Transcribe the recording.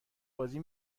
بازی